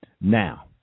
Now